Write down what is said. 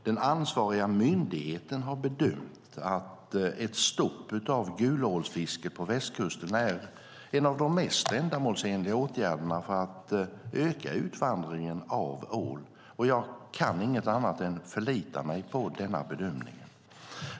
Den ansvariga myndigheten har bedömt att ett stopp av gulålsfiske på västkusten är en av de mest ändamålsenliga åtgärderna för att öka utvandringen av ål, och jag kan inget annat än förlita mig på denna bedömning.